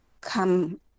come